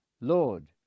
Lord